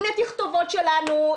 הנה תכתובות שלנו,